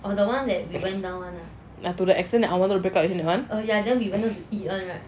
to the extent that I wanted to break up with him [one] right